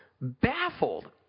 baffled